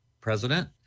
President